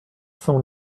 cent